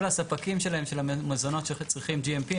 כל הספקים שלהם של המזונות צריכים GMP,